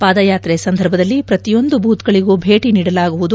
ಪಾದಯಾತ್ರೆ ಸಂದರ್ಭದಲ್ಲಿ ಪ್ರತಿಯೊಂದು ಬೂತ್ಗಳಿಗೂ ಭೇಟಿ ನೀಡಲಾಗುವುದು